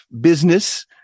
business